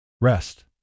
Rest